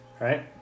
Right